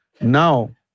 Now